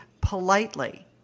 politely